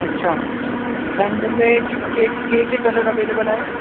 अच्छा ऐं हुननि में के केर केर कलर अवेलेबल आहे